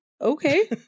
okay